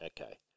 Okay